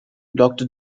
doctor